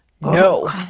No